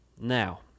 Now